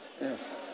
yes